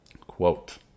quote